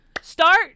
start